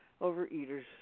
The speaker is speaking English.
Overeaters